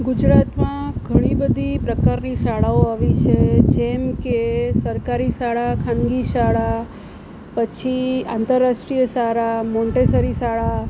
ગુજરાતમાં ઘણી બધી પ્રકારની શાળાઓ આવી છે જેમ કે સરકારી શાળા ખાનગી શાળા પછી આંતરરાષ્ટ્રીય શાળા મોન્ટેસરી શાળા